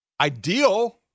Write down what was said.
Ideal